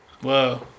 Whoa